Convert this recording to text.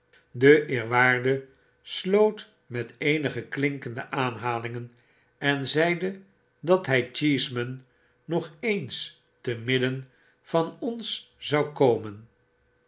de eerwaarde sloot met eenige klinkende aanhalingen en zeide dat hy cheeseman nog eens te midden van ons zou komen